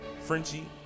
Frenchie